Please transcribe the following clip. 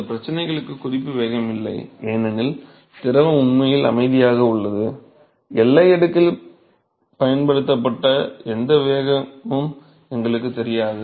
இந்த பிரச்சனைகளுக்கு குறிப்பு வேகம் இல்லை ஏனெனில் திரவம் உண்மையில் அமைதியாக உள்ளது எல்லை அடுக்கில் பயன்படுத்த எந்த வேகமும் எங்களுக்குத் தெரியாது